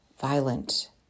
violent